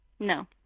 No